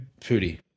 Foodie